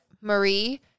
Marie